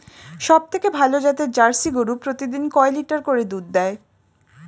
সবথেকে ভালো জাতের জার্সি গরু প্রতিদিন কয় লিটার করে দুধ দেয়?